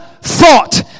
thought